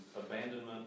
Abandonment